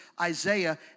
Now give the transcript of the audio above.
Isaiah